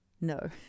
no